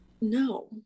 No